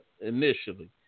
initially